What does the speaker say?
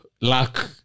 luck